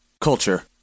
Culture